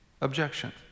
objection